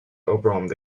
overwhelmed